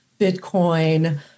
Bitcoin